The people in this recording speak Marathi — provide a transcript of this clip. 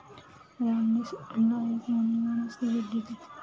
रामने सोहनला एक मौल्यवान वस्तू भेट दिली